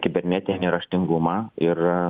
kibernetinį raštingumą ir